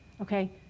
okay